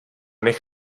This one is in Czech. nech